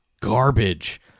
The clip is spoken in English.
garbage